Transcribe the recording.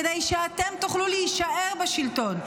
כדי שאתם תוכלו להישאר בשלטון.